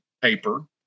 paper